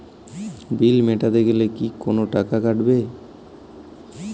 বিল মেটাতে গেলে কি কোনো টাকা কাটাবে?